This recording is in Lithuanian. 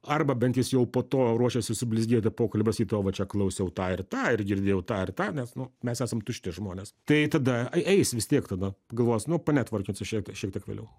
arba bent jis jau poto ruošiasi sublizgėti pokalbiuose o va čia klausiau tą ir tą ar girdėjau tą ir tą nes nu mes esame tušti žmonės tai tada e eis vis tiek tada galvos nu panetvorkinsiu šie šiek tiek vėliau